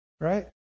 Right